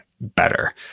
better